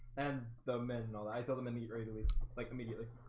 and the men know i tell them immediately like immediately